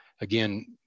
again